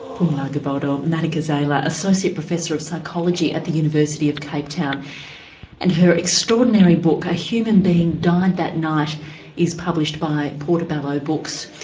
um um ah gobodo-madikizela, associate professor of psychology at the university of cape town and her extraordinary book a human being died that night is published by portobello books.